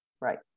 Right